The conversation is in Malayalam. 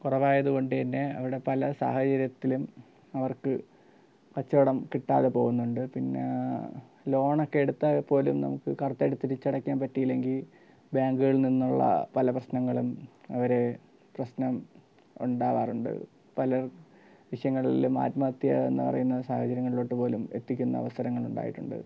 കുറവായതുകൊണ്ടു തന്നെ അവിടെ പല സാഹചര്യത്തിലും അവർക്ക് കച്ചവടം കിട്ടാതെ പോകുന്നുണ്ട് പിന്നെ ലോണൊക്കെ എടുത്താൽപ്പോലും നമുക്ക് കറക്റ്റായിട്ടു തിരിച്ചടയ്ക്കാൻ പറ്റിയില്ലെങ്കിൽ ബാങ്കുകളിൽ നിന്നുള്ള പല പ്രശ്നങ്ങളും അവരെ പ്രശ്നം ഉണ്ടാകാറുണ്ട് പല വിഷയങ്ങളിലും ആത്മഹത്യ എന്നു പറയുന്ന സാഹചര്യങ്ങളിലോട്ടു പോലും എത്തിക്കുന്ന അവസരങ്ങളുണ്ടായിട്ടുണ്ട്